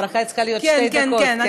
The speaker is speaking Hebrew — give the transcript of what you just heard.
הברכה צריכה להיות שתי דקות.